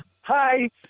Hi